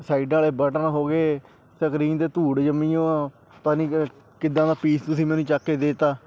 ਸਾਈਡਾਂ ਵਾਲੇ ਬਟਨ ਹੋ ਗਏ ਸਕਰੀਨ 'ਤੇ ਧੂੜ ਜੰਮੀ ਓ ਆ ਪਤਾ ਨਹੀਂ ਕਿੱਦਾਂ ਦਾ ਪੀਸ ਤੁਸੀਂ ਮੈਨੂੰ ਚੁੱਕ ਕੇ ਦੇ ਦਿੱਤਾ